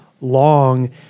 long